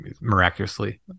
miraculously